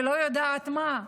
ולא יודעת מה.